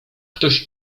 ktoś